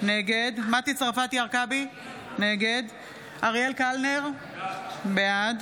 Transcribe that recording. נגד מטי צרפתי הרכבי, נגד אריאל קלנר, בעד